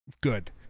good